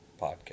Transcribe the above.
Podcast